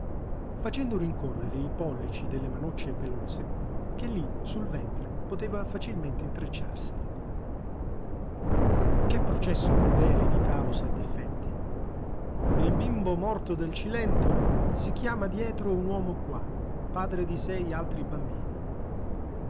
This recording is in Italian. facendo rincorrere i pollici delle manocce pelose che lì sul ventre poteva facilmente intrecciarsele che processo crudele di causa e d'effetti il bimbo morto del cilento si chiama dietro un uomo qua padre di sei altri bambini